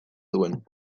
duen